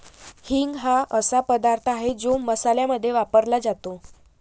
हिंग हा असा पदार्थ आहे जो मसाल्यांमध्ये वापरला जातो